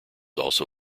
also